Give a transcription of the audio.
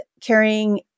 carrying